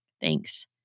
Thanks